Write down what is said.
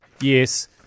Yes